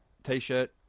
T-shirt